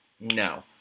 No